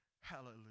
Hallelujah